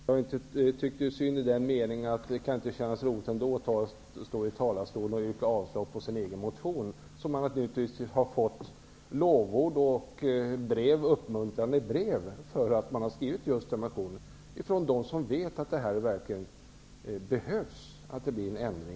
Herr talman! Jag tyckte synd om i den meningen att det ändå inte kan kännas roligt att i talarstolen yrka avslag på sin egen motion om man, från dem som vet att en ändring verkligen behövs, har fått lovord och uppmuntrande brev för att man har skrivit just denna motion.